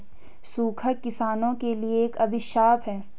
सूखा किसानों के लिए एक अभिशाप है